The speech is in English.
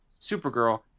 Supergirl